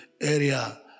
area